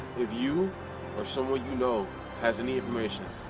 if you or someone you know has any information,